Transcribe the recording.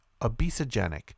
obesogenic